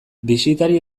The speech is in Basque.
bisitari